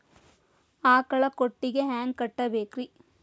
ಆಕಳ ಕೊಟ್ಟಿಗಿ ಹ್ಯಾಂಗ್ ಕಟ್ಟಬೇಕ್ರಿ?